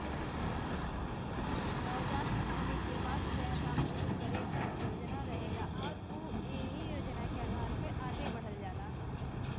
नवजात उद्यमी के पास नया काम शुरू करे क योजना रहेला आउर उ एहि योजना के आधार पर आगे बढ़ल जाला